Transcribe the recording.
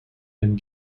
and